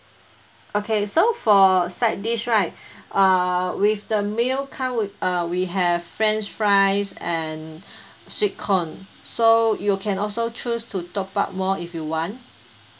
okay so for side dish right uh with the meal come with uh we have french fries and sweet corn so you can also choose to top up more if you want